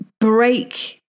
break